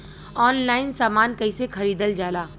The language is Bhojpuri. ऑनलाइन समान कैसे खरीदल जाला?